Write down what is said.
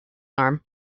arm